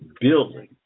building